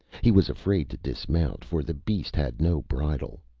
he was afraid to dismount, for the beast had no bridle.